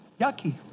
yucky